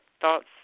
thoughts